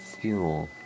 fuel